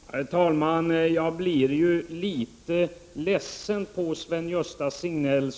Herr talman! Jag blir litet ledsen på Sven-Gösta Signell.